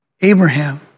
Abraham